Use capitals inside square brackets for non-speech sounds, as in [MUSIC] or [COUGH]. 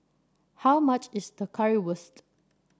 how much is [UNINTELLIGIBLE] Currywurst